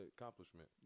accomplishment